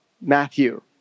Matthew